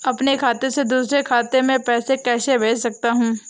अपने खाते से दूसरे खाते में पैसे कैसे भेज सकते हैं?